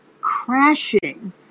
crashing